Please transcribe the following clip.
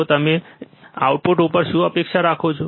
તો તમે આઉટપુટ ઉપર શું અપેક્ષા રાખો છો